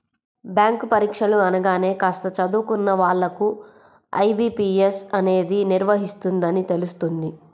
bank పరీక్షలు అనగానే కాస్త చదువుకున్న వాళ్ళకు ఐ.బీ.పీ.ఎస్ అనేది నిర్వహిస్తుందని తెలుస్తుంది